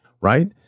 right